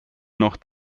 noch